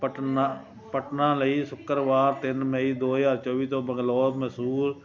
ਪਟਨਾ ਪਟਨਾ ਲਈ ਸ਼ੁੱਕਰਵਾਰ ਤਿੰਨ ਮਈ ਦੋ ਹਜ਼ਾਰ ਚੌਵੀ ਤੋਂ ਬੰਗਲੋਰ ਮਸੂਰ